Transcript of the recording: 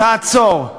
תעצור.